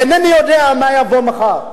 אינני יודע מה יבוא מחר.